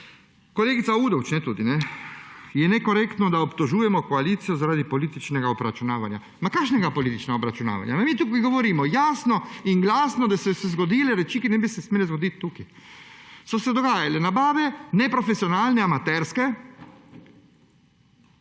Kolegica Udovč: »Je nekorektno, da obtožujemo koalicijo zaradi političnega obračunavanja.« Kakšnega političnega obračunavanja?! Mi tukaj govorimo jasno in glasno, da so se zgodile reči, ki se ne bi smele zgoditi tukaj. Dogajale so se nabave, neprofesionalne, amaterske,